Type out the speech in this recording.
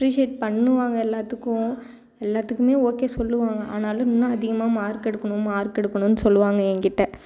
appreciate பண்ணுவாங்க எல்லாத்துக்கும் எல்லாத்துக்கும் ஓகே சொல்வாங்க ஆனாலும் இன்னும் அதிகமாக மார்க் எடுக்கணும் மார்க் எடுக்கணும்னு சொல்வாங்க என்கிட்டே